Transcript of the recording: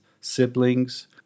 siblings